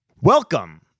Welcome